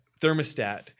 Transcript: thermostat